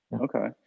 Okay